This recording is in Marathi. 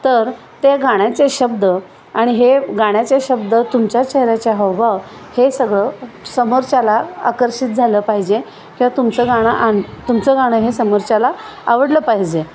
तर ते गाण्याचे शब्द आणि हे गाण्याचे शब्द तुमच्या चेहऱ्याच्या हावभाव हे सगळं समोरच्याला आकर्षित झालं पाहिजे किंवा तुमचं गाणं आण तुमचं गाणं हे समोरच्याला आवडलं पाहिजे